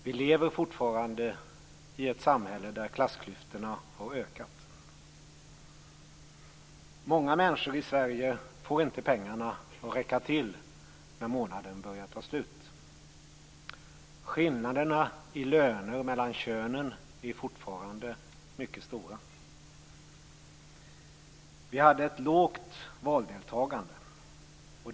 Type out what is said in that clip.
Vi lever fortfarande i ett samhälle där klassklyftorna har ökat. Många människor i Sverige får inte pengarna att räcka till när månaden börjar ta slut. Skillnaderna i löner mellan könen är fortfarande mycket stora. Vi hade ett lågt valdeltagande.